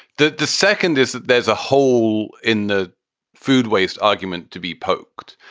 the the second is that there's a hole in the food waste argument to be poked.